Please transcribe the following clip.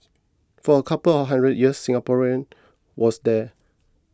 for a couple of hundred years Singaporean was there